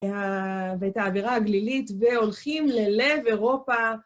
ואת האווירה הגלילית, והולכים ללב אירופה.